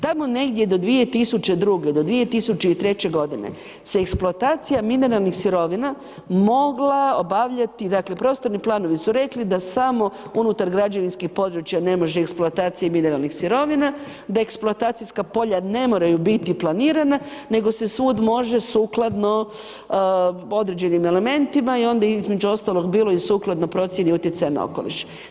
Tamo negdje do 2002., do 2003. g. se eksploatacija mineralnih sirovina mogla obavljati, dakle prostorni planovi su rekli da samo unutar građevinskih područja ne može eksploatacija mineralnih sirovina, da eksploatacijska polja ne moraju biti planirana nego se svud može sukladno određenim elementima i onda između ostalog bilo je sukladno procjeni utjecaja na okoliš.